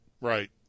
Right